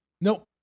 Nope